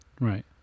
Right